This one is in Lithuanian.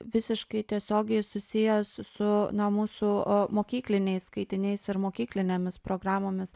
visiškai tiesiogiai susijęs su namų su mokykliniais skaitiniais ir mokyklinėmis programomis